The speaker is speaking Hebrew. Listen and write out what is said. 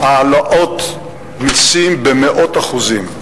בכל הדברים האלה העלאות מסים במאות אחוזים.